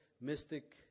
mystic